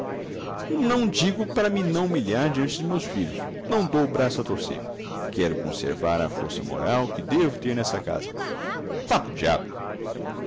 não digo para me não humilhar diante de meus filhos não dou o braço a torcer quero conservar a força moral que devo ter nesta casa vá para o diabo